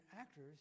actors